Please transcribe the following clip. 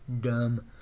dumb